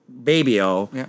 Baby-O